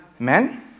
Amen